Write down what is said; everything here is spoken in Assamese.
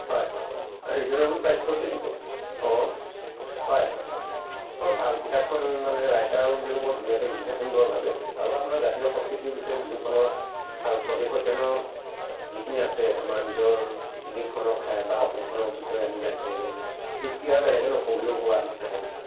হয় হয় ৰিজনেবল প্ৰাইচটোতে দিব অ' হয় হয় বৰ ভাল কিতাপখন মানে ৰাইটাৰ কেইজনে বৰ ধুনীয়াকৈ লিখিছে সুন্দৰভাৱে আৰু আমাৰ জাতীয় সংস্কৃতি বিষয়ে বিহুখনত আৰু স্বদেশ অধ্য়য়নৰ যিখিনি আছে আমাৰ নিজৰ দেশখনৰ কথা বা অসমখনৰ বিষয়ে আমি জানিবলৈ হিষ্ট্ৰী আৰু বেলেগে নপঢ়িলেও হোৱা নিচিনা লাগিছে